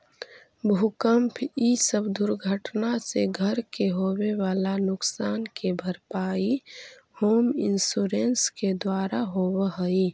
भूकंप इ सब दुर्घटना से घर के होवे वाला नुकसान के भरपाई होम इंश्योरेंस के द्वारा होवऽ हई